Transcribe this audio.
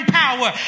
power